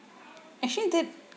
actually did